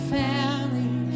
family